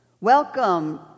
welcome